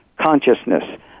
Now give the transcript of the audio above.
consciousness